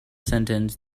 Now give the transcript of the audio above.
sentence